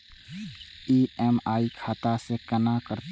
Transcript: EMI खाता से केना कटते?